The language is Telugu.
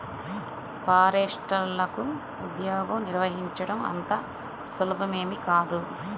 ఫారెస్టర్లగా ఉద్యోగం నిర్వహించడం అంత సులభమేమీ కాదు